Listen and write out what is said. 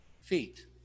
Feet